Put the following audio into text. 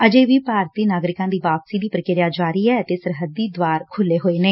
ਅਜੇ ਵੀ ਭਾਰਤੀ ਨਾਗਰਿਕਾ ਦੀ ਵਾਪਸੀ ਦੀ ਪ੍ਰੀਕਿਰਿਆ ਜਾਰੀ ਐ ਅਤੇ ਸਰਹੱਦੀ ਦਵਾਰ ਖੁੱਲ੍ਹੇ ਹੋਏ ਨੇ